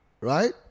right